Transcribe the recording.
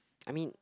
I mean